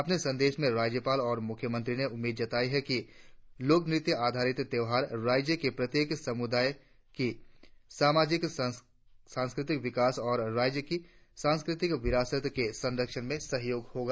अपने संदेश में राज्यपाल और मुख्यमंत्री ने उम्मीद जताई है कि लोक नृत्य आधारित त्यौहार राज्य के प्रत्येक समुदाय की सामाजिक सांस्कृतिक विकास और राज्य की संस्कृतिक विरासत के संरक्षण में सहायक होगा